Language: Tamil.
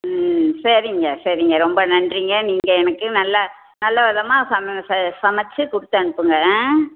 ம் சரிங்க சரிங்க ரொம்ப நன்றிங்க நீங்கள் எனக்கு நல்லா நல்லவிதமாக சமைத்து கொடுத்தனுப்புங்க ஆ